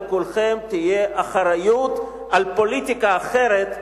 על כולכם תהיה אחריות לפוליטיקה אחרת,